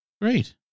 Great